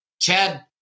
chad